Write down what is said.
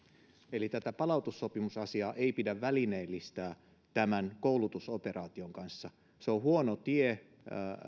eli palautussopimusasiaa ei pidä välineellistää tämän koulutusoperaation kanssa se on huono tie